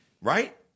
Right